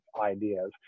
ideas